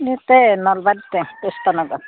এতে নলবাৰীতে পোষ্টনগৰ